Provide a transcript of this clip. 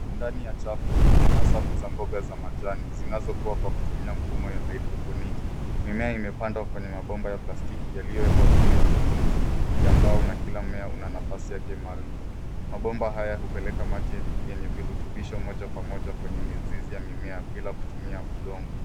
Ndani ya chafu hii kuna safu za mboga za majani zinazokua kwa kutumia mfumo wa haidroponiki. Mimea imepandwa kwenye mabomba ya plastiki yaliyowekwa juu ya miunzi ya mbao na kila mmmea una nafasi yake maalum. Mabomba haya hupeleka maji yenye virutubisho moja kwa moja kwenye mizizi ya mimea bila kutumia udongo.